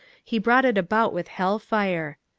he brought it about with hell-fire.